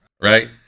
Right